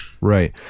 right